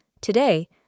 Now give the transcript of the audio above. Today